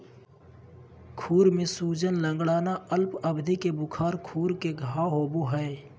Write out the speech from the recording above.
खुर में सूजन, लंगड़ाना, अल्प अवधि के बुखार, खुर में घाव होबे हइ